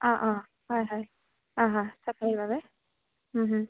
অঁ অঁ হয় হয়